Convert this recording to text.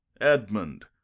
Edmund